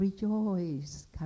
rejoice